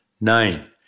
Nine